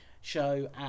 show